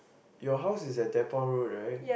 your house is at Depot road right